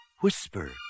whisper